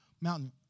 mountain